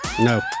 No